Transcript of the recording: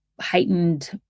heightened